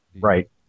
right